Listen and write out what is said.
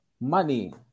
money